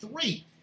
three